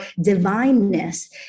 divineness